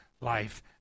life